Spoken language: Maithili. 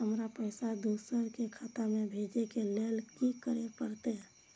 हमरा पैसा दोसर के खाता में भेजे के लेल की करे परते?